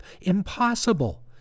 impossible